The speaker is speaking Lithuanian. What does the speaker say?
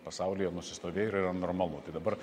pasaulyje nusistovėjo ir yra normalu tai dabar